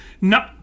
No